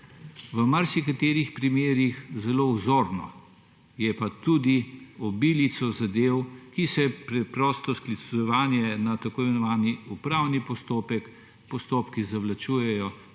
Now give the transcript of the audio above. V marsikaterih primerih je zelo vzorno. Je pa tudi obilica zadev, ko se preprosto s sklicevanjem na tako imenovani upravni postopek postopki zavlačujejo.